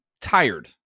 tired